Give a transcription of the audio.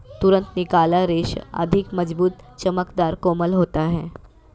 तुरंत निकाला रेशा अधिक मज़बूत, चमकदर, कोमल होता है